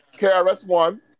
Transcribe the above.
KRS-One